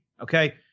okay